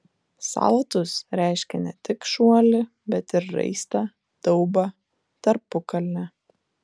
saltus reiškia ne tik šuolį bet ir raistą daubą tarpukalnę